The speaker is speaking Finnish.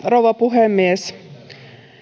rouva puhemies